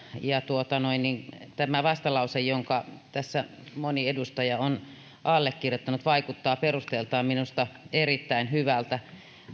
ja tämä vastalause jonka tässä moni edustaja on allekirjoittanut vaikuttaa perusteiltaan minusta erittäin hyvältä